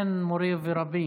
כן, מורי ורבי.